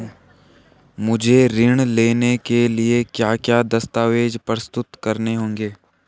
मुझे ऋण लेने के लिए क्या क्या दस्तावेज़ प्रस्तुत करने होंगे?